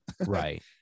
Right